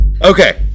Okay